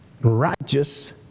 righteous